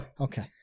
okay